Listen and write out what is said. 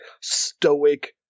stoic